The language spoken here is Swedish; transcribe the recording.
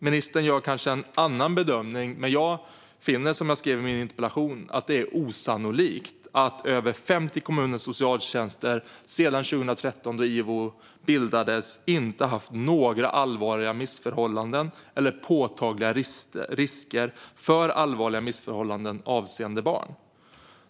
Ministern gör kanske en annan bedömning, men jag finner, som jag skrev i min interpellation, att det är osannolikt att över 50 kommuners socialtjänster sedan 2013, då IVO bildades, inte har haft några allvarliga missförhållanden eller påtagliga risker för allvarliga missförhållanden avseende barn.